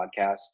podcast